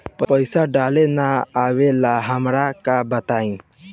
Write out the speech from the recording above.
पईसा डाले ना आवेला हमका बताई?